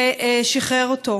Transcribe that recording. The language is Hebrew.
ששחרר אותו.